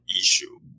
issue